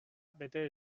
bete